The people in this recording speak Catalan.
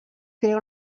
crea